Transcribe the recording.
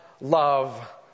love